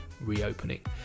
reopening